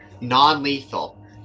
non-lethal